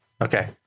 Okay